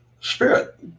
Spirit